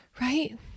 right